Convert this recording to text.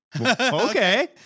okay